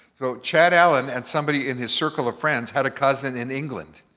so chad allan and somebody in his circle of friends had a cousin in england,